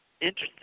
Interesting